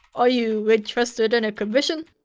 are you interested in a commission?